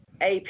AP